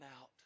out